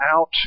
out